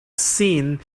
seen